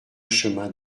chemin